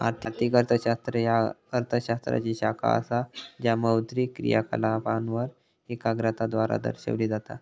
आर्थिक अर्थशास्त्र ह्या अर्थ शास्त्राची शाखा असा ज्या मौद्रिक क्रियाकलापांवर एकाग्रता द्वारा दर्शविला जाता